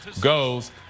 goes